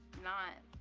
not,